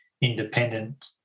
independent